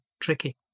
tricky